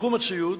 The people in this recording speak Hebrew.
בתחום הציוד